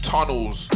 Tunnels